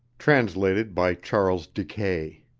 translated by charles de kay